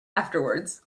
afterwards